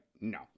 no